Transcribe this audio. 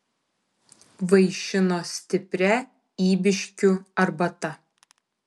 vaišino stipria ybiškių arbata